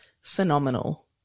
phenomenal